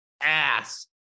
ass